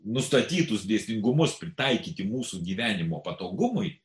nustatytus dėsningumus pritaikyti mūsų gyvenimo patogumui